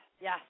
yes